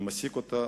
אני מסיק אותה